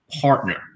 partner